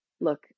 look